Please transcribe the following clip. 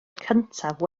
cyntaf